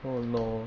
oh no